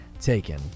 taken